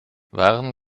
waren